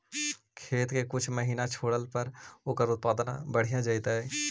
खेत के कुछ महिना छोड़ला पर ओकर उत्पादन बढ़िया जैतइ?